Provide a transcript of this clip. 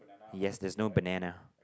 yes there's no banana